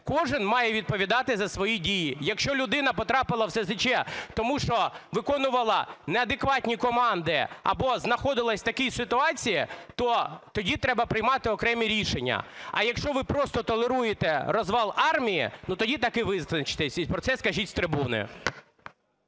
кожен має відповідати за свої дії. Якщо людина потрапила в СЗЧ, тому що виконувала неадекватні команди або знаходилась в такій ситуації, то тоді треба приймати окремі рішення. А якщо ви просто толеруєте розвал армії, тоді так і визначтеся і про це скажіть з трибуни.